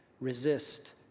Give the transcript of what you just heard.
resist